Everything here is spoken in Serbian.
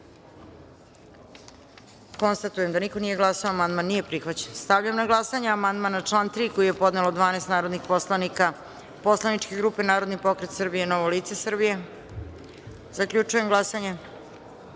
konstatujem da niko nije glasao. Amandman nije prihvaćen. Stavljam na glasanje amandman na član 3. koji je podnelo 12 narodnih poslanika poslaničke grupe Narodni pokret Srbije – Novo lice Srbije. Molim vas